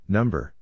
Number